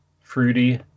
fruity